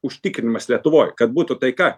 užtikrinimas lietuvoj kad būtų taika